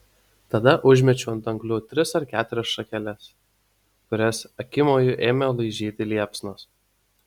tada užmečiau ant anglių tris ar keturias šakeles kurias akimoju ėmė laižyti liepsnos